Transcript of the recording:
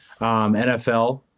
NFL